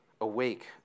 Awake